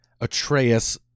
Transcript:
Atreus